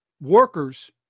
workers